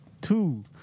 two